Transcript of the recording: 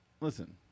listen